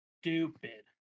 stupid